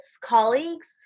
colleagues